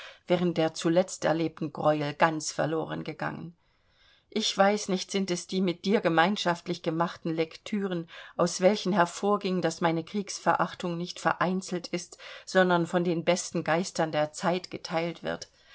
während der zuletzt erlebten greuel ganz verloren gegangen ich weiß nicht sind es die mit dir gemeinschaftlich gemachten lektüren aus welchen hervorging daß meine kriegsverachtung nicht vereinzelt ist sondern von den besten geistern der zeit geteilt wird